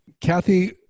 Kathy